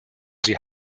sie